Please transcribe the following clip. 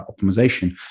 optimization